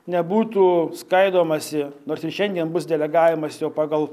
nebūtų skaidomasi nors ir šiandien bus delegavimas jau pagal